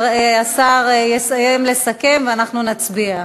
השר יסיים לסכם ואנחנו נצביע.